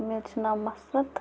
مےٚ حظ چھِ ناو مَسرَت